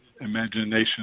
Imagination